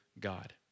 God